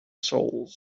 souls